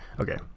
Okay